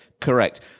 correct